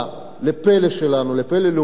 לפלא הלאומי שלנו,